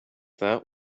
that